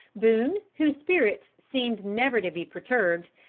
boone, whose spirits seemed never to be perturbed,